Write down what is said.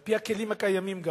שעל-פי הכלים הקיימים,